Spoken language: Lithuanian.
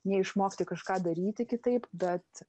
ne išmokti kažką daryti kitaip bet